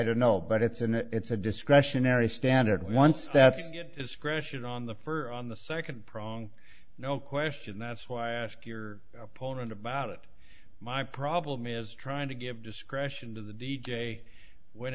don't know but it's an it's a discretionary standard once that's it's crashin on the fur on the second prong no question that's why i ask your opponent about it my problem is trying to get discretion to the d j when